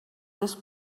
this